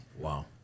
Wow